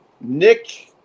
nick